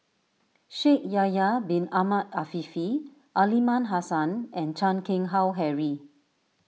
Shaikh Yahya Bin Ahmed Afifi Aliman Hassan and Chan Keng Howe Harry